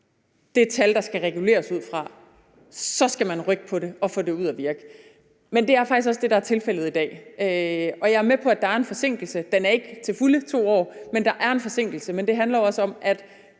kender det tal, der skal reguleres ud fra, skal man rykke på det og få det ud at virke. Men det er faktisk også det, der er tilfældet i dag. Jeg er med på, at der er en forsinkelse – den er ikke helt på 2 år – men der er en forsinkelse. Men det handler også om, at